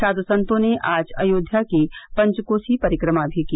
साधु संतों ने आज अयोध्या की पंच कोसी परिक्रमा भी की